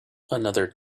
another